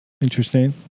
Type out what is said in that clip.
Interesting